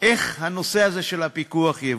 איך הנושא הזה של הפיקוח יבוצע.